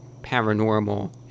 paranormal